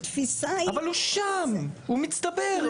אבל הוא שם, הוא מצטבר.